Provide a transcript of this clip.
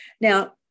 Now